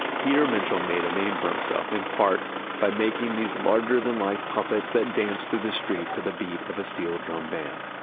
peter minshall made a name for himself in part by making these larger than life puppets that danced through the street to the beat of a steel drum band.